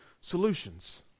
solutions